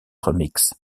remix